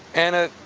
anna,